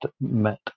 met